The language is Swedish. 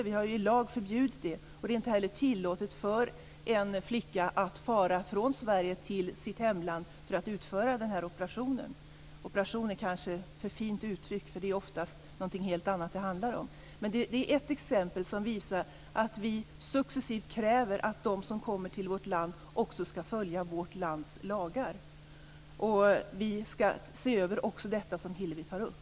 Vi har i lag förbjudit det, och det är inte heller tillåtet för en flicka att fara från Sverige till sitt hemland för att utföra den här operationen. Operation är kanske ett för fint uttryck, för det är oftast något helt annat det handlar om. Det är ett exempel som visar att vi successivt kräver att de som kommer till vårt land också ska följa vårt lands lagar. Vi ska se över också detta som Hillevi tar upp.